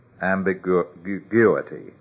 ambiguity